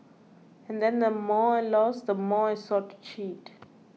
and then the more I lost the more I sought to cheat